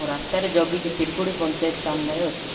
ମୁଁ ରାସ୍ତାରେ ଜଗିଛି ପିରକୁଡ଼ି ପଞ୍ଚାୟତ ସାମ୍ନାରେ ଅଛି ମୁଁ